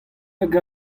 hag